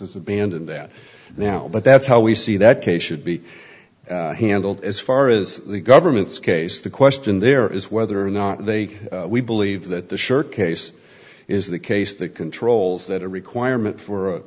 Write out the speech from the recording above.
abandon that now but that's how we see that case should be handled as far as the government's case the question there is whether or not they we believe that the shirt case is the case that controls that a requirement for